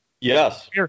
Yes